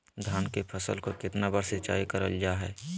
धान की फ़सल को कितना बार सिंचाई करल जा हाय?